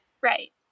Right